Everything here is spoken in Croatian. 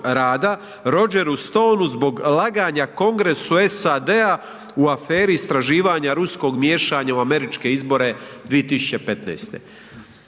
Rogeru SToneu zbog laganja Kongresu SAD-a u aferi istraživanja ruskog miješanja u američke izbore 2015.